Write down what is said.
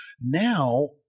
Now